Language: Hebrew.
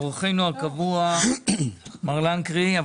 אורחינו הקבוע, מר לנקרי.